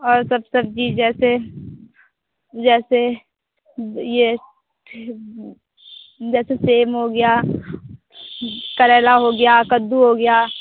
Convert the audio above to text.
और सब सब्ज़ी जैसे यह जैसे जैसे सेम हो गया करैला हो गया कद्दू हो गया